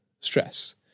stress